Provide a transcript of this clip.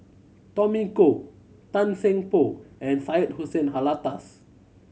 Tommy Koh Tan Seng Poh and Syed Hussein Alatas